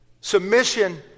Submission